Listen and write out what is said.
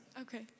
Okay